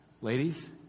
Ladies